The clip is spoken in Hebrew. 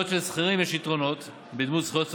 בעוד שלשכירים יש יתרונות בדמות זכויות סוציאליות,